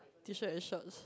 T shirt and shorts